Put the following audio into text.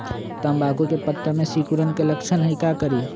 तम्बाकू के पत्ता में सिकुड़न के लक्षण हई का करी?